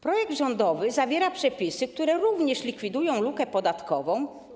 Projekt rządowy zawiera przepisy, które również likwidują lukę podatkową.